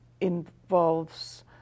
involves